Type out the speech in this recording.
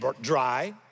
dry